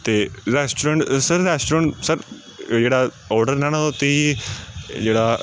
ਅਤੇ restaurant sir restaurant sir ਜਿਹੜਾ order ਲੈਣਾ ਉਹ ਜਿਹੜਾ